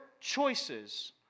choices